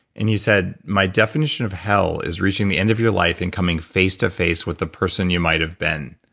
and you said, my definition of hell is reaching the end of your life and coming face to face with the person you might have been.